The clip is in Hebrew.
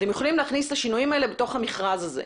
אתם יכולים להכניס את השינויים האלה לתוך המכרז הזה.